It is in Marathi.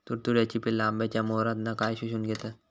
तुडतुड्याची पिल्ला आंब्याच्या मोहरातना काय शोशून घेतत?